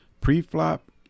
pre-flop